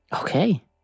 Okay